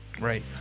right